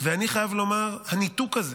ואני חייב לומר, הניתוק הזה,